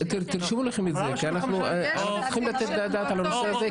תרשמו לכם את זה כי אנחנו צריכים לתת את הדעת על הנושא הזה.